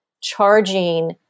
charging